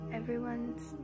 everyone's